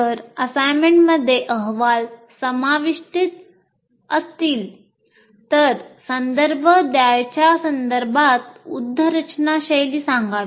जर असाइनमेंटमध्ये अहवाल समाविष्टीत असतील तर संदर्भ द्यावयाच्या संदर्भात उद्धरचना शैली सांगावी